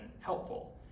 helpful